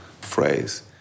phrase